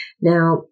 Now